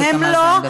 לא, הם לא.